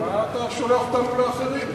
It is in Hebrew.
מה אתה שולח אותנו לאחרים?